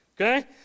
Okay